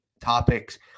topics